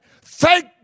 Thank